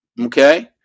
Okay